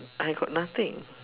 I got nothing